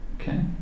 Okay